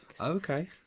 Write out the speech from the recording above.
Okay